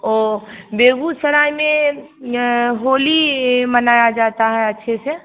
ओह बेगूसराय में होली मनाया जाता है अच्छे से